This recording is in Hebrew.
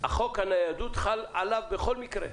חוק הניידות חל עליו בכל מקרה.